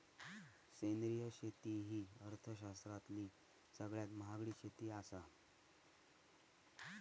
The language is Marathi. सेंद्रिय शेती ही अर्थशास्त्रातली सगळ्यात महागडी शेती आसा